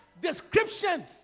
description